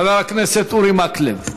חבר הכנסת אורי מקלב.